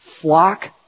flock